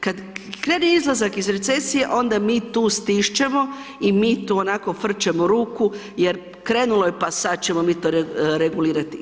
Kad krene izlazak iz recesije ona mi tu stišćemo i tu onako frčemo ruku jer krenulo je pa sad ćemo mi to regulirati.